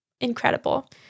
incredible